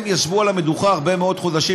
הם ישבו על המדוכה הרבה מאוד חודשים,